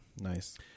Nice